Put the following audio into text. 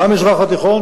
במזרח התיכון,